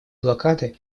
блокады